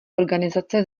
organizace